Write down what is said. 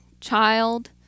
child